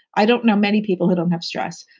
i don't know many people who don't have stress.